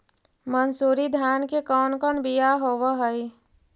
मनसूरी धान के कौन कौन बियाह होव हैं?